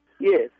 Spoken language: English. Yes